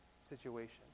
situation